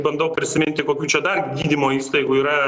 bandau prisiminti kokių čia dar gydymo įstaigų yra